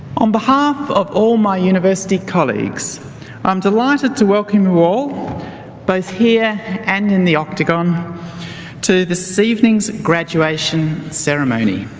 on behalf of all my university colleagues i'm delighted to welcome you all both here and in the octagon to this evening's graduation ceremony.